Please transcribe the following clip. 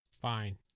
Fine